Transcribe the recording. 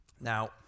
Now